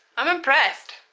i'm impressed!